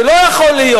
זה לא יכול להיות.